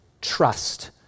trust